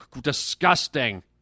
disgusting